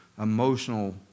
emotional